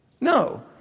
No